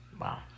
Wow